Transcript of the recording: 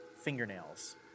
fingernails